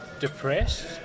depressed